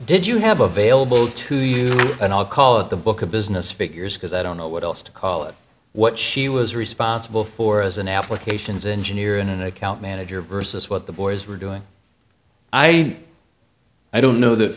did you have available to you and i'll call it the book of business figures because i don't know what else to call it what she was responsible for as an applications engineer in an account manager versus what the boys were doing i i don't know that